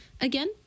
Again